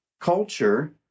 culture